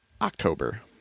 October